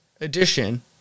edition